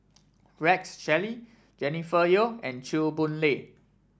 Rex Shelley Jennifer Yeo and Chew Boon Lay